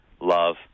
love